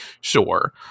sure